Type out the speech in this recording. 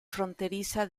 fronteriza